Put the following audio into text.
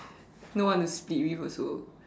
no one to split with also